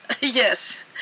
yes